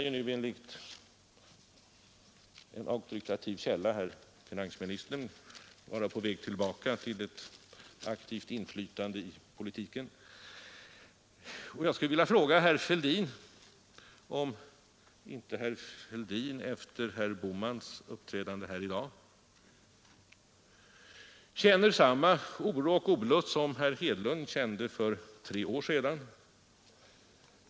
Jag skulle vilja fråga herr Fälldin om inte herr Fälldin efter herr Bohmans uppträdande här i dag känner samma oro och olust som herr Hedlund kände för tre år sedan.